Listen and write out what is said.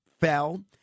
fell